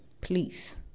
Please